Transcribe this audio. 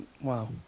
Wow